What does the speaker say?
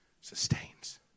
sustains